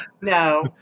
no